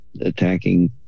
attacking